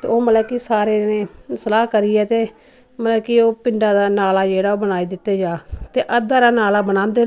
ते ओह् मतलव कि सारें दे सलाह् करियै ते मतलव कि ओह् पिण्डा दा नाला जेह्ड़ा बनाई दित्ता जा ते अध्दा आह्रा नाला बनांदे